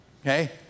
Okay